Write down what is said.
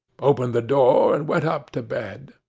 opened the door, and went up to bed.